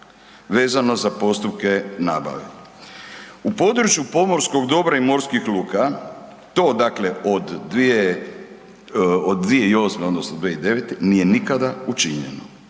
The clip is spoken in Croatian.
vezano za postupke nabave. U području pomorskog dobra i morskih luka, do dakle, od 2008. odnosno 2009. nije nikada učinjeno.